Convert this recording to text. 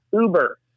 Uber